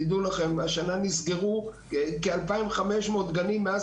דעו לכם שהשנה נסגרו כ-2,500 גנים מאז